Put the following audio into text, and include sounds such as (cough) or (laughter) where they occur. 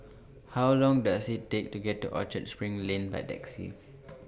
(noise) How Long Does IT Take to get to Orchard SPRING Lane By Taxi (noise)